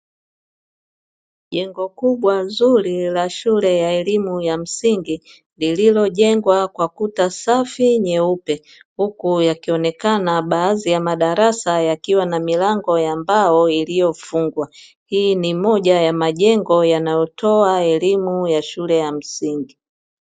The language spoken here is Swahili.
Jengo kubwa zuri la shule ya elimu ya msingi lililojengwa kwa kuta safi nyeupe, huku yakionekana baadhi ya madarasa yakiwa na milango ya mbao iliyofungwa. Hii ni moja ya majengo yanayotoa elimu ya shule ya msingi.